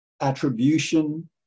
attribution